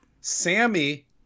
sammy